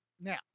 now